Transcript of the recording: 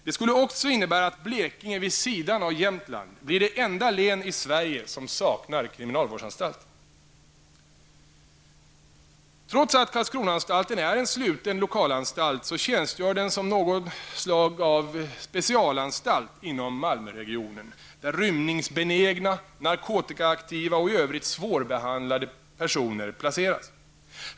Det skulle också innebära att Blekinge, vid sidan av Jämtland, blir det enda län i Sverige som saknar kriminalvårdsanstalt. Trots att Karlskronaanstalten är en sluten lokalanstalt tjänstgör den som något av en specialanstalt inom Malmöregionen, där rymningsbenägna, narkotikaaktiva och i övrigt svårbehandlade personer placeras.